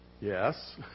Yes